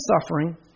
suffering